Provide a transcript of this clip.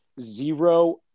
zero